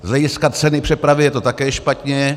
Z hlediska ceny přepravy je to také špatně.